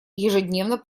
ежедневно